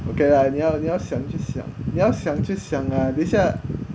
okay lah 你要你要想你要想就想 lah 等下